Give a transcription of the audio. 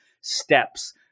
steps